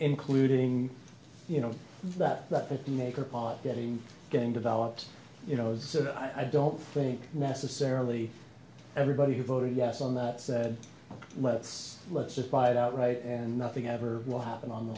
including you know that the fifteen acre park getting getting developed you know so i don't think necessarily everybody who voted yes on that said let's let's just buy it outright and nothing ever will happen on the